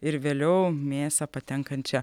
ir vėliau mėsą patenkančią